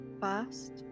First